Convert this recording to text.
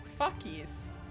Fuckies